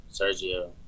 Sergio